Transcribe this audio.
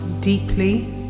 deeply